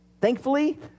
Thankfully